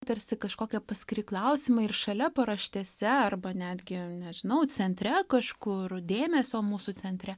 tarsi kažkokie paskiri klausimai ir šalia paraštėse arba netgi nežinau centre kažkur dėmesio mūsų centre